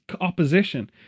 opposition